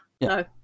no